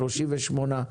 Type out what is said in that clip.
38,